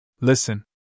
Listen